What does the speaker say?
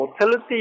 motility